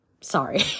Sorry